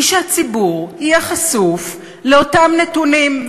הוא שהציבור יהיה חשוף לאותם נתונים.